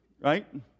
Right